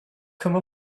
come